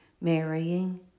marrying